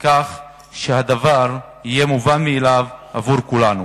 כך שהדבר יהיה מובן מאליו עבור כולנו.